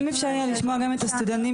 אפשר יהיה לשמוע גם את הסטודנטים